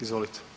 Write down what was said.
Izvolite.